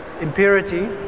impurity